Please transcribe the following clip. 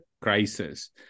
crisis